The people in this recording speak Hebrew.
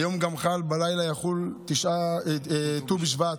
הלילה יחול גם ט"ו בשבט,